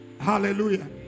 Hallelujah